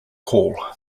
call